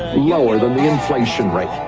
ah yeah ah lower than the inflation rate.